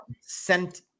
sent